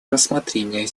рассмотрение